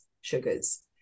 sugars